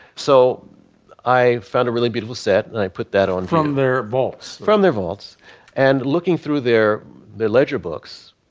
so i found a really beautiful set and i put that on from their vaults from their vaults and looking through there the ledger books.